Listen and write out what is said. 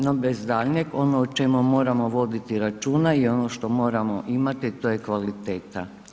No bez daljnjeg ono o čemu moramo voditi računa i ono što moramo imati to je kvaliteta.